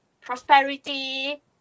prosperity